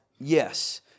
Yes